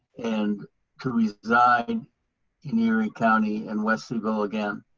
and to reside in erie county and western goal again.